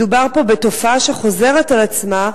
מדובר פה בתופעה שחוזרת על עצמה,